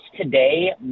today